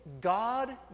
God